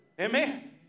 Amen